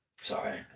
sorry